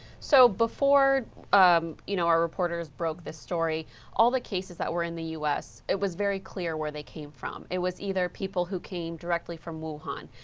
so before um you know our reporters broke this story all the cases that were in the u s, it was very clear where they came from. it was either people who came directly from wuhan.